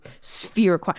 sphere